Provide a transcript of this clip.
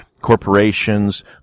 corporations